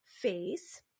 face